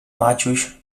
maciuś